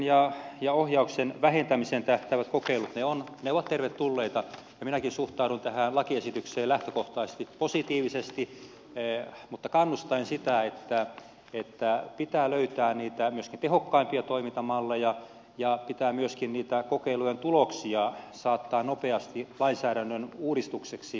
velvoitteitten ja ohjauksen vähentämiseen tähtäävät kokeilut ovat tervetulleita ja minäkin suhtaudun tähän lakiesitykseen lähtökohtaisesti positiivisesti mutta kannustaen sitä että pitää löytää myöskin tehokkaimpia toimintamalleja ja pitää myöskin niitä kokeilujen tuloksia saattaa nopeasti lainsäädännön uudistukseksi